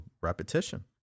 repetition